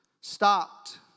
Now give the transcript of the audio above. stopped